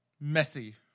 messy